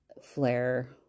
flare